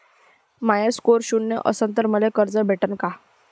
माया score शून्य असन तर मले कर्ज भेटन का?